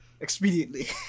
expediently